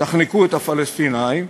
תחנקו את הפלסטינים,